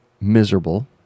miserable